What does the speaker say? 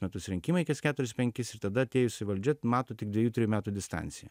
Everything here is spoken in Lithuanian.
metus rinkimai kas keturis penkis ir tada atėjusi valdžia mato tik dviejų trijų metų distanciją